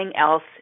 else